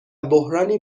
بحرانی